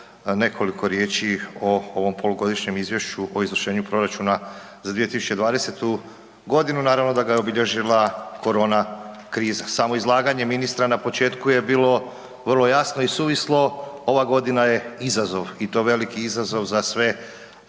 nekoliko riječi o ovom polugodišnjem izvješću o izvršenju proračuna za 2020. g., naravno da ga je obilježila korona kriza. Samo izlaganje ministra na početku je bilo vro jasno i suvislo, ova godina je izazov i to veliki izazov za sve aktere